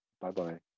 Bye-bye